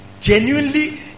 genuinely